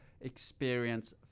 experience